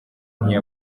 nawe